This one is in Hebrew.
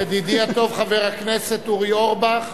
ידידי הטוב חבר הכנסת אורי אורבך,